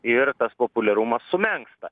ir tas populiarumas sumenksta